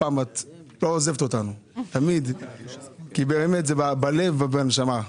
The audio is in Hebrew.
את לא עוזבת אותנו אף פעם כי באמת זה בלב ובנשמה.